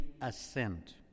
assent